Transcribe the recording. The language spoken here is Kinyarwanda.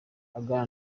aganira